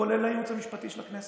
כולל לייעוץ המשפטי של הכנסת.